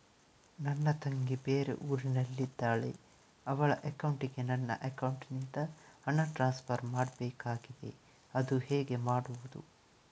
ನನ್ನ ತಂಗಿ ಬೇರೆ ಊರಿನಲ್ಲಿದಾಳೆ, ಅವಳ ಅಕೌಂಟಿಗೆ ನನ್ನ ಅಕೌಂಟಿನಿಂದ ಹಣ ಟ್ರಾನ್ಸ್ಫರ್ ಮಾಡ್ಬೇಕಾಗಿದೆ, ಅದು ಹೇಗೆ ಮಾಡುವುದು?